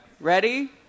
ready